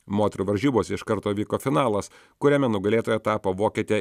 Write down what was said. moterų varžybose iš karto vyko finalas kuriame nugalėtoja tapo vokietė